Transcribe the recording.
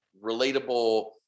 relatable